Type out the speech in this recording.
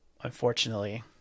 unfortunately